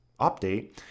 update